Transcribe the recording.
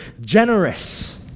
generous